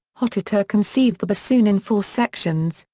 hotteterre conceived the bassoon in four sections,